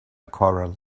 corral